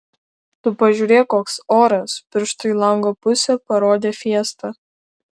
tu pažiūrėk koks oras pirštu į lango pusę parodė fiesta